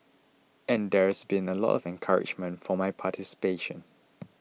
and there's been a lot of encouragement for my participation